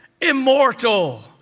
immortal